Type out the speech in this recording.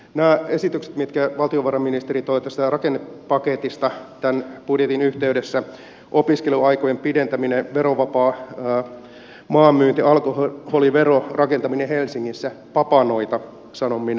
nämä esitykset mitkä valtiovarainministeri toi tästä rakennepaketista tämän budjetin yhteydessä opiskeluaikojen pidentäminen verovapaa maan myynti alkoholivero rakentaminen helsingissä papanoita sanon minä